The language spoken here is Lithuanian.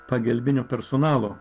pagalbinio personalo